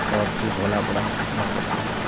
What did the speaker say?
اور پھر دھولا پڑا گاؤں پڑتا ہے